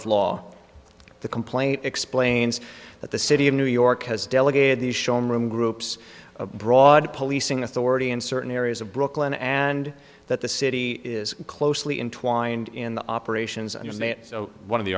of law the complaint explains that the city of new york has delegated these shown room groups a broad policing authority in certain areas of brooklyn and that the city is closely intertwined in the operations and one of the